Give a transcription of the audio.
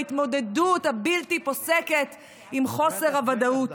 ההתמודדות הבלתי-פוסקת עם חוסר הוודאות.